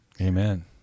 Amen